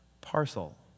parcel